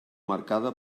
marcada